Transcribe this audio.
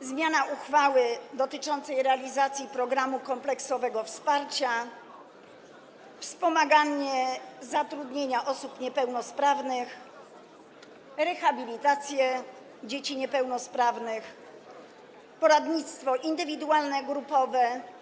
zmiana uchwały dotyczącej realizacji programu kompleksowego wsparcia, wspomaganie zatrudnienia osób niepełnosprawnych, rehabilitacje dzieci niepełnosprawnych, poradnictwo indywidualne, grupowe.